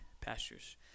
pastures